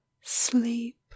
Sleep